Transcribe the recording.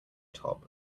top